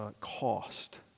cost